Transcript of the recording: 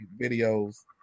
videos